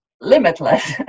limitless